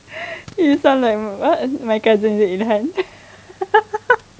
you sound like what my cousin inhan